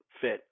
fit